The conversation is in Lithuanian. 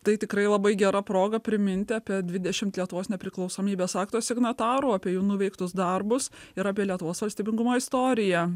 tai tikrai labai gera proga priminti apie dvidešimt lietuvos nepriklausomybės akto signatarų apie jų nuveiktus darbus ir apie lietuvos valstybingumo istoriją